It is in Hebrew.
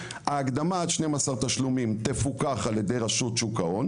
ההקדמה עד 12 תשלומים תפוקח על ידי רשות שוק ההון